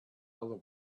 other